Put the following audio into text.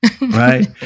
Right